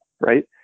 right